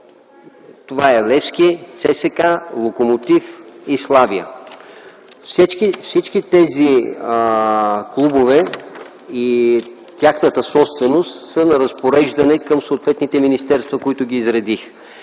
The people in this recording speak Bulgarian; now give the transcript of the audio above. Това е „Левски”, ЦСКА, „Локомотив” и „Славия”. Всички тези клубове и тяхната собственост са на разпореждане към съответните министерства, които изредих.